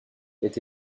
est